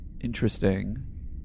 interesting